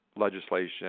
legislation